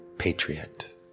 Patriot